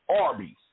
Arby's